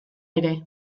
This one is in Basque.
ere